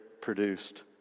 produced